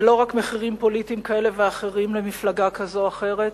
ולא רק מחירים פוליטיים כאלה ואחרים למפלגה כזאת או אחרת.